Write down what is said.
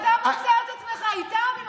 ואתה מוצא את עצמך איתם?